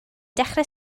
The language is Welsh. dechrau